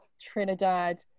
trinidad